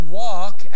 walk